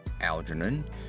Algernon